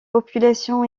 population